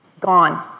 Gone